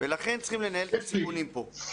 ולכן צריכים לנהל את הסיכונים פה.